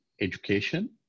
education